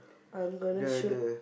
I'm gonna shoot